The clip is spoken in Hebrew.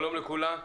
שלום לכולם.